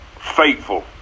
faithful